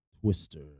Twister